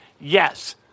Yes